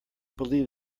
believe